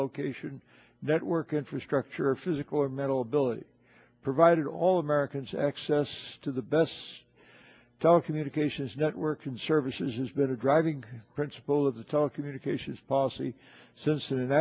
location network infrastructure physical or mental ability provided all americans access to the best telecommunications network and services has been a driving principle of the telecommunications policy since an a